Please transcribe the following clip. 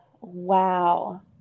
Wow